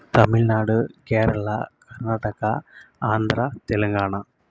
Tamil Nadu Kerala Karnataka Andhra Telangana